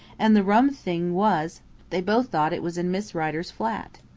and the rum thing was they both thought it was in miss rider's flat.